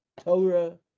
Torah